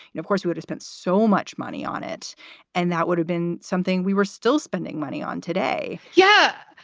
and of course, we would have spent so much money on it and that would have been something we were still spending money on today yeah,